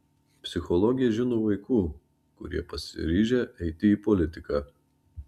psichologė žino vaikų kurie pasiryžę eiti į politiką